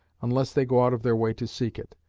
unless they go out of their way to seek it.